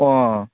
ꯑꯣ